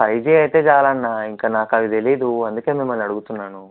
five G అయితే చాలు అన్నా ఇంకా నాకు అవి తెలియదు అందుకే మిమ్మల్ని అడుగుతున్నాను